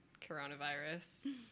coronavirus